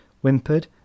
whimpered